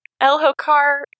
El-Hokar